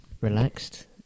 relaxed